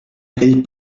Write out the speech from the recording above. aquell